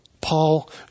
Paul